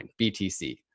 BTC